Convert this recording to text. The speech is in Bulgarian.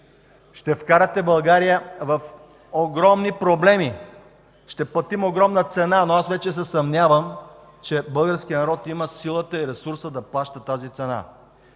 ще вкарате България в огромни проблеми. Ще платим огромна цена. Но аз вече се съмнявам, че българският народ има силата и ресурса да плаща тази цена.